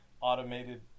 automated